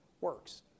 works